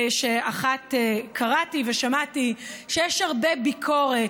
קראתי ושמעתי שיש הרבה ביקורת,